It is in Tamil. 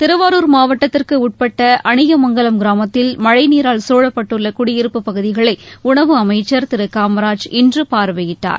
திருவாரூர் மாவட்டத்திற்கு உட்பட்ட அணியமங்கலம் கிராமத்தில் மழை நீரால் சசூழப்பட்டுள்ள குடியிருப்புப் பகுதிகளை உணவு அமைச்சர் திரு காமராஜ் இன்று பார்வையிட்டார்